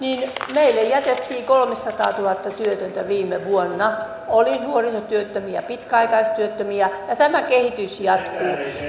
meille jätettiin kolmesataatuhatta työtöntä viime vuonna oli nuorisotyöttömiä pitkäaikaistyöttömiä ja tämä kehitys jatkuu